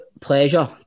pleasure